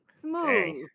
smooth